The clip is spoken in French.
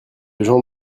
gens